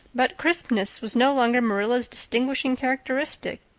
but crispness was no longer marilla's distinguishing characteristic.